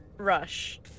rush